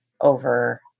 over